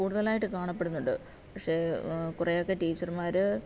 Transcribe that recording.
കൂടുതലായിട്ട് കാണപ്പെടുന്നുണ്ട് പക്ഷേ കുറെയെക്കെ ടീച്ചർമാർ